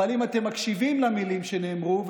אבל אם אתם מקשיבים למילים שנאמרו,